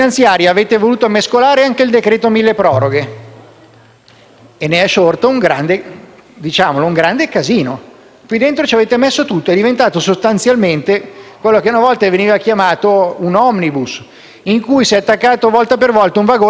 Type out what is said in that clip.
e ne è sorto, diciamolo, un grande casino. Qui dentro ci avete messo tutto ed è diventato sostanzialmente quello che una volta veniva chiamato un *omnibus*, a cui si è attaccato, volta per volta, un vagone e non si capisce neanche più da che parte andrà questo treno, salvo deragliare.